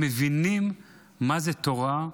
הם מבינים מה זה תורה,